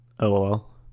LOL